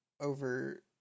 over